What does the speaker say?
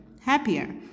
happier